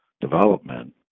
development